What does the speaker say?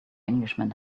englishman